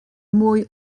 mwy